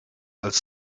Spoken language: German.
als